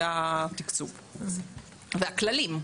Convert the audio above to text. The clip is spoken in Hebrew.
התקצוב והכללים.